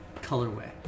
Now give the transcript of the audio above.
colorway